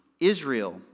Israel